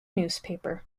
newspaper